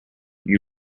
you